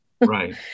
Right